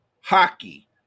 hockey